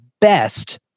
best